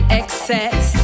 excess